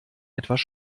etwas